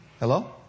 Hello